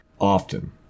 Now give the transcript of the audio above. often